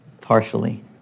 Partially